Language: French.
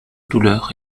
douleur